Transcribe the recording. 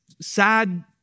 sad